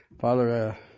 Father